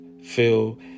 feel